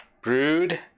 Brewed